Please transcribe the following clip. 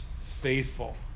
faithful